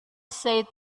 said